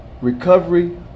recovery